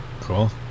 cool